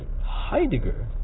Heidegger